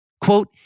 Quote